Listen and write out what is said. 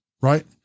right